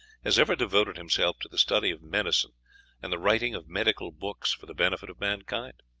has ever devoted himself to the study of medicine and the writing of medical books for the benefit of mankind?